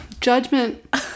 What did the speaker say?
Judgment